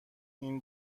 این